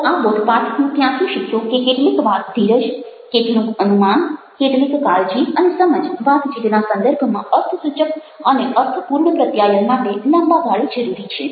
તો આ બોધપાઠ હું ત્યાંથી શીખ્યો કે કેટલીક વાર ધીરજ કેટલુંક અનુમાન કેટલીક કાળજી અને સમજ વાતચીતના સંદર્ભમાં અર્થસૂચક અને અર્થપૂર્ણ પ્રત્યાયન માટે લાંબા ગાળે જરૂરી છે